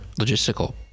logistical